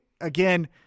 again